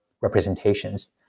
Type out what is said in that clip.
representations